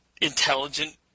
intelligent